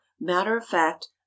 matter-of-fact